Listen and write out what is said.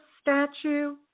statue